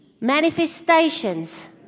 manifestations